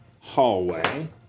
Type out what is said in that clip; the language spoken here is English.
hallway